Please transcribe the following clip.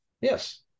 Yes